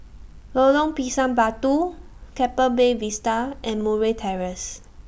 Lorong Pisang Batu Keppel Bay Vista and Murray Terrace